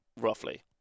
roughly